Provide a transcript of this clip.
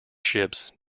ships